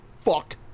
fuck